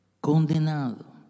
condenado